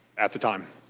at the time.